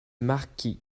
marquis